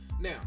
Now